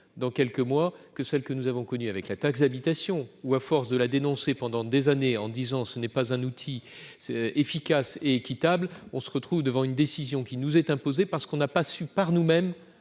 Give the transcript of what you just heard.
dans quelques mois, que celle que nous avons connu avec la taxe d'habitation où à force de la dénoncer pendant des années en disant ce n'est pas un outil efficace et équitable, on se retrouve devant une décision qui nous est imposée parce qu'on n'a pas su par nous-mêmes